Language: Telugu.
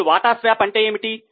ఇప్పుడు వాటా స్వాప్ అంటే ఏమిటి